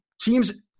Teams